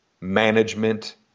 management